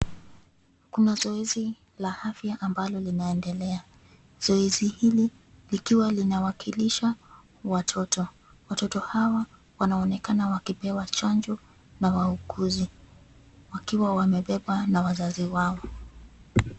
Kuna zoezi la afya ambalo linaendelea. Zoezi hili likiwa linawakilisha watoto. Watoto hawa wanaonekana wakipewa chanjo na wauuguzi wakiwa wamebebwa na wazazi wao.